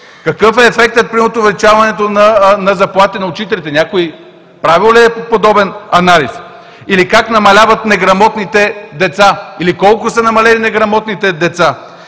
Какъв е ефектът примерно от увеличаването на заплатите на учителите – някой правил ли е подобен анализ? Или как намаляват неграмотните деца, или колко са намалели неграмотните деца?